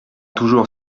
toujours